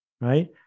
right